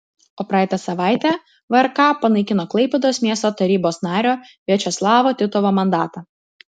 o praeitą savaitę vrk panaikino klaipėdos miesto tarybos nario viačeslavo titovo mandatą